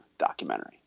documentary